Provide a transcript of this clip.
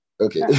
okay